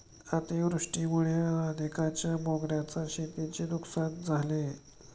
अतिवृष्टीमुळे राधिकाच्या मोगऱ्याच्या शेतीची नुकसान झाले